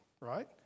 right